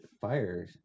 fire